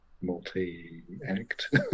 multi-act